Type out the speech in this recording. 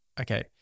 okay